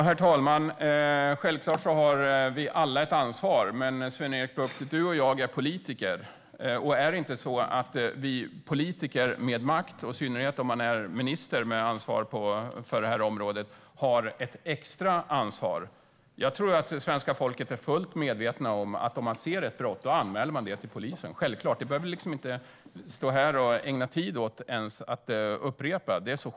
Herr talman! Självklart har vi alla ett ansvar. Men du och jag, Sven-Erik Bucht, vi är politiker. Är det inte så att politiker med makt - i synnerhet om man är minister med ansvar för det här området - har ett extra stort ansvar? Jag tror att svenska folket är fullt medvetet om att om man ser ett brott begås, då anmäler man det till polisen. Det är så självklart att det behöver vi inte ens ägna tid åt att upprepa.